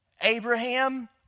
Abraham